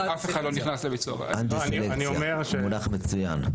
אנטי סלקציה, מונח מצוין.